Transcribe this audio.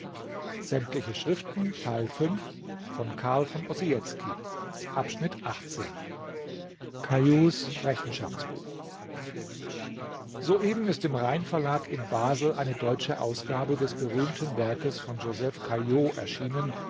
soeben ist im rhein-verlag in basel eine deutsche ausgabe des berühmten werkes von joseph caillaux erschienen